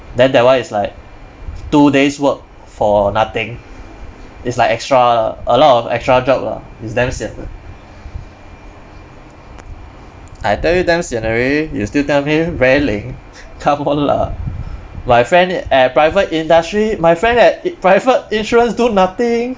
then that one is like two days' work for nothing it's like extra lah a lot of extra job lah it's damn sian I tell you damn sian already you still tell me very lame come on lah my friend at private industry my friend at private insurance do nothing